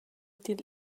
til